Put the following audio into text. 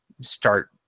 start